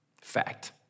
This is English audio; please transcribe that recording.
Fact